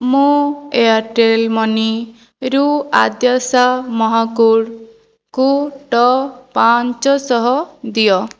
ମୋ ଏୟାରଟେଲ୍ ମନିରୁ ଆଦ୍ୟାସା ମହାକୁଡ଼ଙ୍କୁ ଟ ପାଞ୍ଚଶହ ଦିଅ